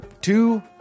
Two